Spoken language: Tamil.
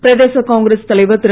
பிரதேச காங்கிரஸ் தலைவர் திரு